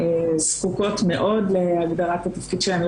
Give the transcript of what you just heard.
זקוקות מאוד להגדרת התפקיד שלהן,